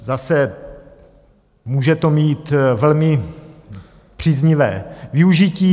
Zase, může to mít velmi příznivé využití.